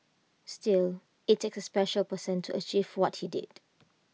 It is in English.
still IT takes A special person to achieve what he did